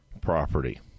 property